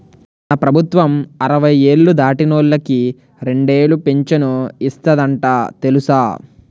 మన ప్రభుత్వం అరవై ఏళ్ళు దాటినోళ్ళకి రెండేలు పింఛను ఇస్తందట తెలుసా